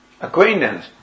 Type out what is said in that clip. acquaintance